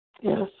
Yes